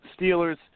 Steelers